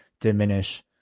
diminish